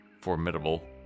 formidable